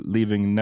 Leaving